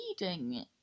reading